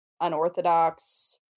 unorthodox